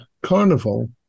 carnival